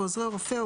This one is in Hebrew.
בעוזרי רופא,